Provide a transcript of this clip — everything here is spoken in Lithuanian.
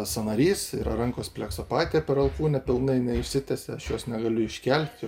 sąnarys yra rankos pleksopatija per alkūnę pilnai neišsitiesia aš jos negaliu iškelt